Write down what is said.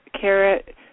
carrot